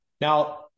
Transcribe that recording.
Now